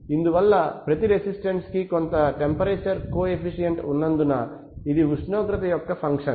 ఇందువలన ప్రతి రెసిస్టెన్స్ కి కొంత టెంపరేచర్ కో ఎఫ్ఫిషియంట్ ఉన్నందున ఇది ఉష్ణోగ్రత యొక్క ఫంక్షన్